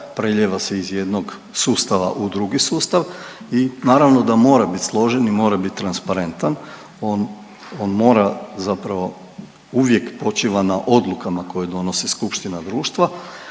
preljeva se iz jednog sustava u drugi sustav i naravno da mora bit složen i mora bit transparentan, on, on mora zapravo uvijek počiva na odlukama koje donosi skupština društva,